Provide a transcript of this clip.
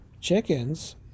chickens